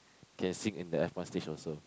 can sing in the F one stage also